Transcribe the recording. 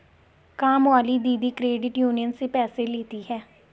कामवाली दीदी credit union से पैसे लेती हैं